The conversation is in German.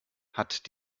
hat